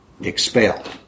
expelled